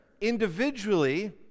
individually